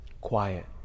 quiet